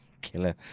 killer